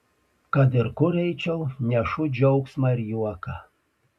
kad ir kur eičiau nešu džiaugsmą ir juoką